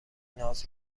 ناز